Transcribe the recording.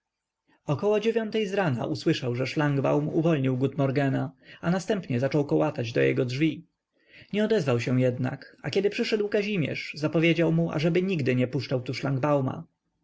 około dziewiątej zrana usłyszał że szlangbaum uwolnił gutmorgena a następnie zaczął kołatać do jego drzwi nie odezwał się jednak a kiedy przyszedł kazimierz zapowiedział mu ażeby nigdy nie puszczał tu